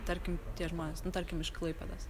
tarkim tie žmonės nu tarkim iš klaipėdos